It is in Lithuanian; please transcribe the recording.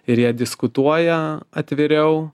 ir jie diskutuoja atviriau